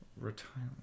Retirement